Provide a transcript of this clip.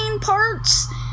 parts